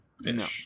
no